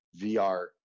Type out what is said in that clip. VR